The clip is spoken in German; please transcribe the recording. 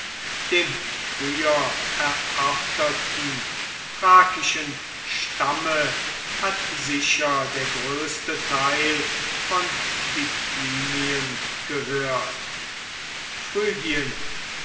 dem früher erörterten thrakischen stamme hat sicher der größte teil von bithynien gehört